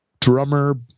drummer